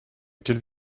quelle